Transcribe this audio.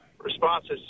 responses